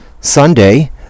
sunday